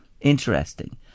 Interesting